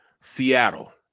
Seattle